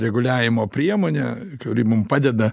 reguliavimo priemone kuri mum padeda